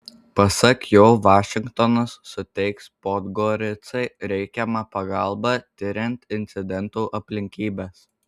pasak jo vašingtonas suteiks podgoricai reikiamą pagalbą tiriant incidento aplinkybes